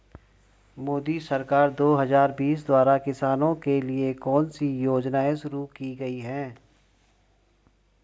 मोदी सरकार दो हज़ार बीस द्वारा किसानों के लिए कौन सी योजनाएं शुरू की गई हैं?